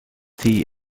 tea